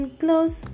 close